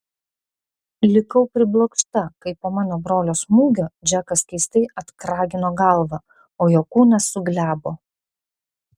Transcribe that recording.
likau priblokšta kai po mano brolio smūgio džekas keistai atkragino galvą o jo kūnas suglebo